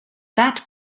that